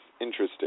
interesting